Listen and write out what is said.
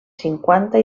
cinquanta